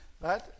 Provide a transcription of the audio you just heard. Right